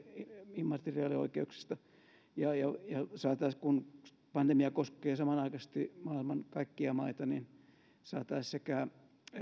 immateriaalioikeuksista ja saataisiin kun pandemia koskee samanaikaisesti maailman kaikkia maita rokotetta sekä